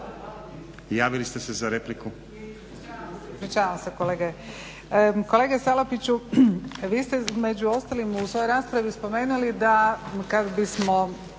javili ste se za repliku.